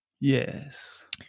yes